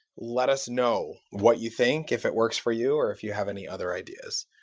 let us know what you think if it works for you or if you have any other ideas.